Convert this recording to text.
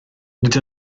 nid